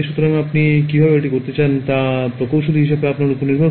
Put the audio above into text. সুতরাং আপনি কীভাবে এটি করতে চান তা প্রকৌশলী হিসাবে আপনার উপর নির্ভর করে